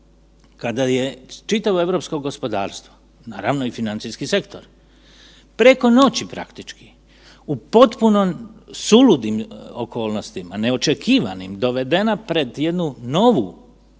kada je čitavo europsko gospodarstvo, naravno i financijski sektor, preko noći praktički u potpuno suludim okolnostima, neočekivanim dovedena pred jednu novi